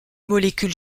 molécules